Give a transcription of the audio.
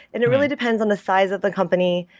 and it really depends on the size of the company.